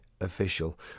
Official